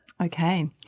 Okay